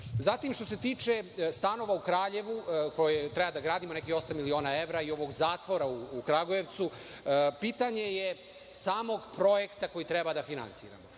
posla. Zatim, što se tiče stanova u Kraljevu koje treba da gradimo, nekih osam miliona evra, i ovog zatvora u Kragujevcu, pitanje je samog projekta koji treba da finansiramo.